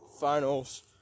finals